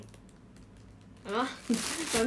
你觉得他帅 ah